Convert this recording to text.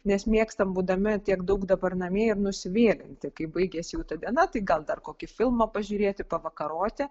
nes mėgstam būdami tiek daug dabar namie ir nusivėlinti kai baigias ta diena tai gal dar kokį filmą pažiūrėti pavakaroti